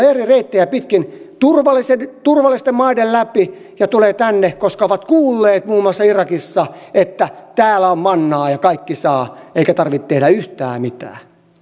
eri reittejä pitkin turvallisten maiden läpi ja tulevat tänne koska ovat kuulleet muun muassa irakissa että täällä on mannaa ja kaikki saavat eikä tarvitse tehdä yhtään mitään